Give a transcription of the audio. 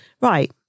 right